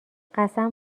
قسم